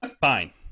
fine